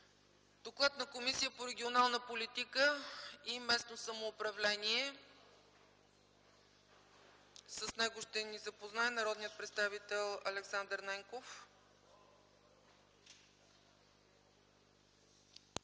доклада на Комисията по регионална политика и местно самоуправление ще ни запознае народният представител Александър Ненков.